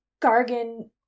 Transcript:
Gargan